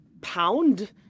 pound